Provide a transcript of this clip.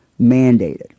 mandated